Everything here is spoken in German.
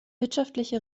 wirtschaftliche